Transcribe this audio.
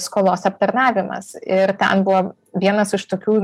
skolos aptarnavimas ir ten buvo vienas iš tokių